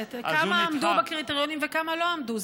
שואלת כמה עמדו בקריטריונים וכמה לא עמדו?